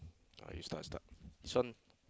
uh you start you start this one